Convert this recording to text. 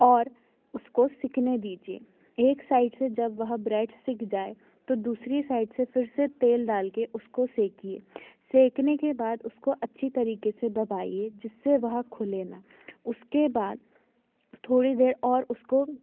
और उसको सेंकने दीजिए एक साइड से जब वह ब्रेड सेक जाए तो दूसरी साइड से फिर से तेल डाल के उसको सेंकिए सेंकने बाद उसको अच्छी तरीक़े से दबाइए जिससे वह खुले ना उसके बाद थोड़ी देर और उसको